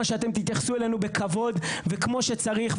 שאתם תתייחסו אלינו בכבוד וכמו שצריך.